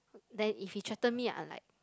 then if he threaten me I'm like